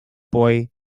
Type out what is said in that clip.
boy